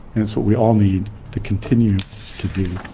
and it's what we all need to continue to do.